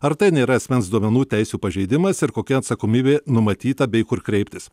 ar tai nėra asmens duomenų teisių pažeidimas ir kokia atsakomybė numatyta bei kur kreiptis